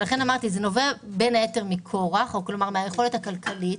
זה נובע, בין היתר, מכורח, מהיכולת הכלכלית.